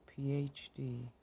PhD